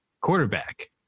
quarterback